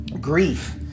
grief